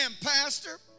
Pastor